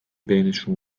بینشون